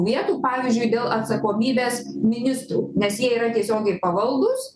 vietų pavyzdžiui dėl atsakomybės ministrų nes jie yra tiesiogiai pavaldūs